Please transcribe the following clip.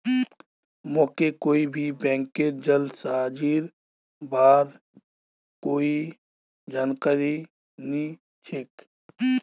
मोके कोई भी बैंकेर जालसाजीर बार कोई जानकारी नइ छेक